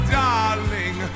darling